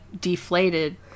deflated